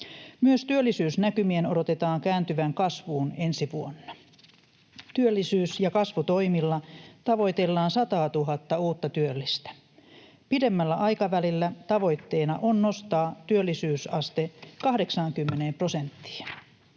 Myös työllisyysnäkymien odotetaan kääntyvän kasvuun ensi vuonna. Työllisyys- ja kasvutoimilla tavoitellaan sataatuhatta uutta työllistä. Pidemmällä aikavälillä tavoitteena on nostaa työllisyysaste 80 prosenttiin.